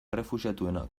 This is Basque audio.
errefuxiatuena